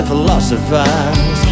Philosophize